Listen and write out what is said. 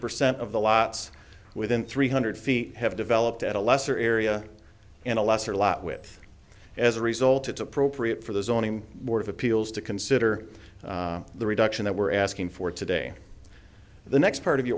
percent of the lots within three hundred feet have developed at a lesser area and a lesser lot with as a result it's appropriate for the zoning board of appeals to consider the reduction that we're asking for today the next part of your